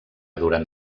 durant